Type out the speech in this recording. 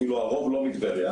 הרוב אפילו לא מטבריה